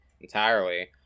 entirely